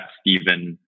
Stephen